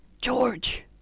George